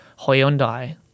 Hyundai